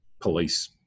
police